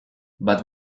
bat